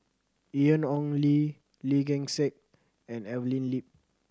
Ian Ong Li Lee Gek Seng and Evelyn Lip